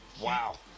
Wow